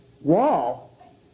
wall